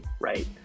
right